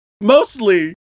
Mostly